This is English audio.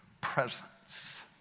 presence